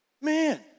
Man